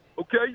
Okay